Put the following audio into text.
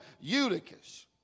Eutychus